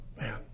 Man